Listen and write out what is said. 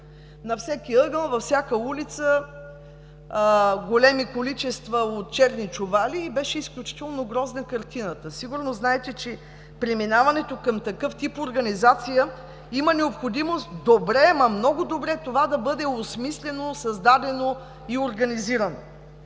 На всеки ъгъл, на всяка улица големи количества от черни чували – беше изключително грозна картината. Сигурно знаете, че при преминаването към такъв тип организация има необходимост добре, ама много добре това да бъде осмислено, създадено и организирано.